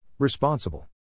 Responsible